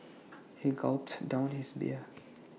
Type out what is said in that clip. he gulped down his beer